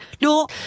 no